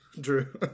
Drew